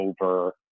over